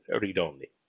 read-only